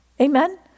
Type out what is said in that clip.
amen